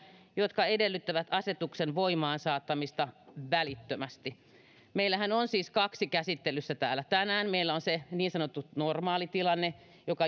jotka edellyttävät asetuksen voimaansaattamista välittömästi meillähän on siis kaksi käsittelyssä täällä tänään meillä on se niin sanottu normaalitilanne